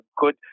good